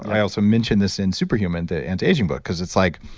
i also mentioned this in superhuman, the anti-aging book because it's like,